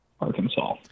Arkansas